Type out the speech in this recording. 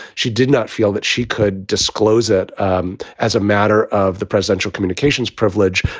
she did not feel that she could disclose it and as a matter of the presidential communications privilege.